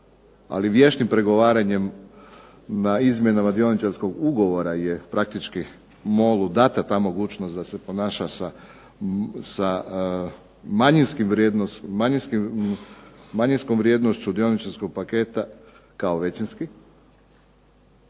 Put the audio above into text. ali vještim pregovaranjem na izmjenama dioničarskog ugovora je praktički MOL-u data ta mogućnost da se ponaša sa manjinskom vrijednošću dioničarskog paketa kao većinski.